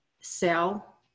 sell